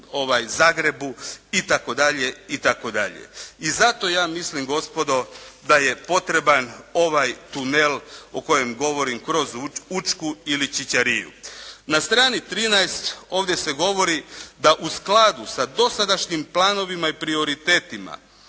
Zagrebu itd. itd. I zato ja mislim gospodo da je potreban ovaj tunel o kojem govorim, kroz Učku ili Ćićariju. Na strani 13 ovdje se govori da u skladu sa dosadašnjim planovima i prioritetima,